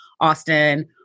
Austin